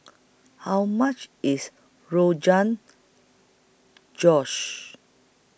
How much IS Rogan Josh